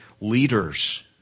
leaders